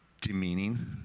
demeaning